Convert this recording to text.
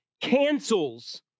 cancels